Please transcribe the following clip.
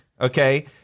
okay